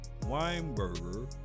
Weinberger